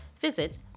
visit